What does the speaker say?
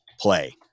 play